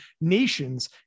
nations